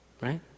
right